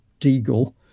Deagle